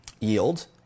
yield